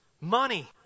Money